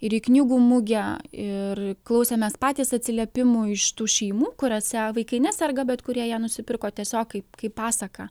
ir į knygų mugę ir klausėmės patys atsiliepimų iš tų šeimų kuriose vaikai neserga bet kurie ją nusipirko tiesiog kaip kaip pasaką